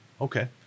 okay